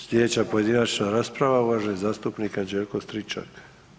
Sljedeća pojedinačna rasprava uvaženi zastupnik Anđelko Stričak.